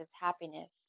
happiness